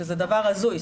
שזה דבר הזוי,